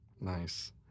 nice